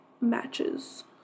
matches